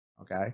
okay